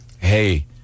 hey